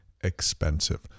expensive